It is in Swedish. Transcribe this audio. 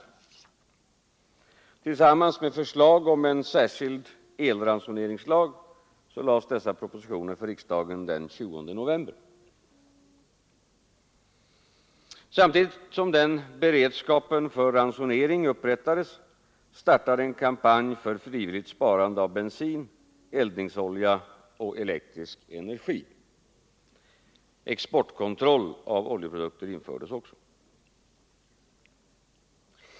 Tillsammans med förslag om en särskild elransoneringslag lades dessa propositioner fram för riksdagen den 20 november. Samtidigt som den beredskapen för ransonering upprättades startade en kampanj för frivilligt sparande av bensin, eldningsolja och elektrisk energi. Exportkontroll av oljeprodukter infördes också.